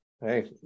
Hey